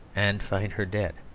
and find her dead.